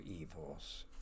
evils